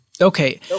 okay